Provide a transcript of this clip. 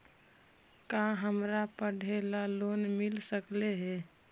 का हमरा पढ़े ल लोन मिल सकले हे?